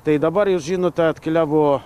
tai dabar jūs žinote atkeliavo